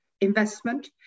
investment